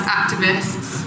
activists